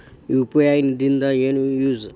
UPI ದಿಂದ ಏನು use?